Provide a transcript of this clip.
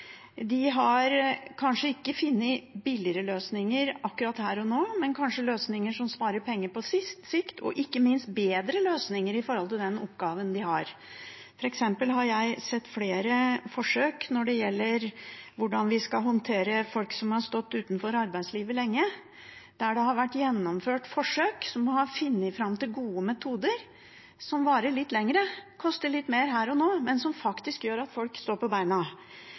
sparer penger på sikt, og ikke minst bedre løsninger med hensyn til den oppgaven de har. For eksempel har jeg sett flere forsøk når det gjelder hvordan vi skal håndtere folk som har stått utenfor arbeidslivet lenge – det har vært gjennomført forsøk som har funnet fram til gode metoder som varer litt lenger, som koster litt mer her og nå, men som faktisk gjør at folk står på beina.